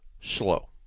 slow